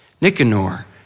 Nicanor